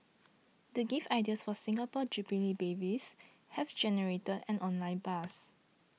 the gift ideas for Singapore Jubilee babies have generated an online buzz